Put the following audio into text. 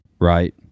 right